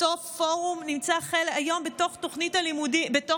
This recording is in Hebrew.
אותו פורום, נמצא היום בתוך תוכנית הגפ"ן,